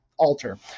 alter